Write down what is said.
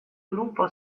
gruppo